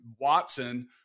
Watson